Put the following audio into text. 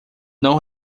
não